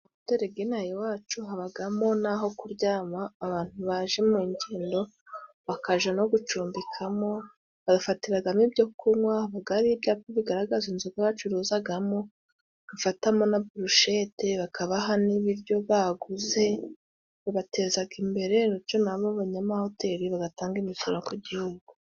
Hoteli yinaha wacu habamo n'aho kuryama abantu baje mu ngendo bakajya no gucumbikamo bafatiramo ibyo kunywa bigaragaza ibyo bacururizamo, ufatamo na burushete bakabaha n'ibiryo baguze babateza imbere bityo abanyamahoteli bagatanga imisoro ku gihugu.